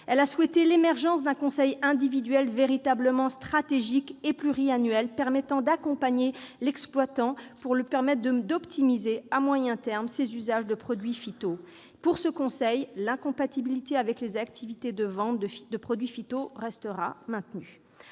Elle a souhaité l'émergence d'un conseil individuel véritablement stratégique et pluriannuel, permettant d'accompagner l'exploitant, pour lui permettre d'optimiser à moyen terme ses usages de produits phytopharmaceutiques. Pour ce conseil, l'incompatibilité avec les activités de vente de produits phytopharmaceutiques